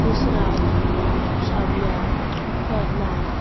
Musrad Xavier Fernand